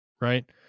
right